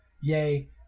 Yea